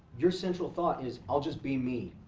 your central thought is, i'll just be me,